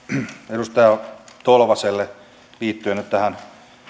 edustaja tolvaselle liittyen nyt tähän